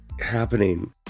happening